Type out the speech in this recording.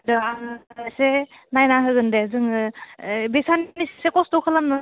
र' आङो एसे नायना होगोन दे जोङो ओ बे साननैसो खस्थ' खालामनो